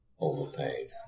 overpaid